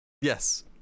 Yes